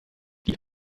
die